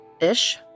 ish